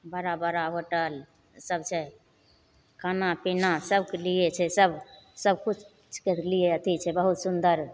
बड़ा बड़ा होटल सब छै खाना पीना सबके लिए छै सब सबकिछुके लिए अथी छै बहुत सुन्दर